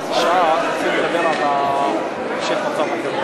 כולם שווים בפני החוק.